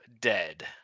dead